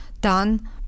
done